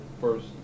first